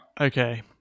Okay